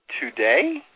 today